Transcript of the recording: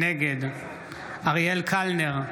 נגד אריאל קלנר,